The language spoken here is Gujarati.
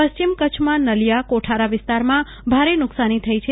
પશ્ચિમ કચ્છમાં નલીયા કોઠારા વિસ્તારમાં ભારે નુકશાની થઈ હતી